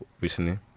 recently